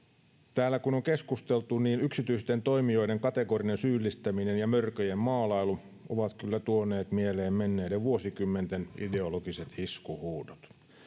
täällä kun on keskusteltu niin yksityisten toimijoiden kategorinen syyllistäminen ja mörköjen maalailu ovat kyllä tuoneet mieleen menneiden vuosikymmenten ideologiset iskuhuudot